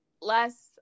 less